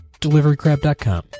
DeliveryCrab.com